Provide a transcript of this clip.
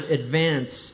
advance